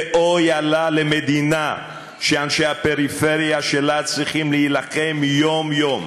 ואוי לה למדינה שאנשי הפריפריה שלה צריכים להילחם יום-יום